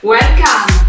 Welcome